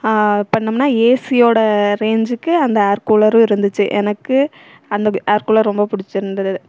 பண்ணோம்னா ஏசியோட ரேஞ்ஜிக்கு அந்த ஏர் கூலரும் இருந்துச்சு எனக்கு அந்த ஏர் கூலர் ரொம்ப பிடிச்சிருந்தது